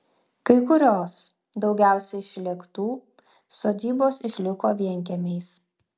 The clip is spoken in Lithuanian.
kai kurios daugiausiai šlėktų sodybos išliko vienkiemiais